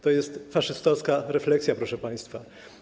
To jest faszystowska refleksja, proszę państwa.